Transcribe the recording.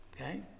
Okay